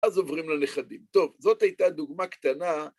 ‫אז עוברים לנכדים. ‫טוב, זאת הייתה דוגמה קטנה...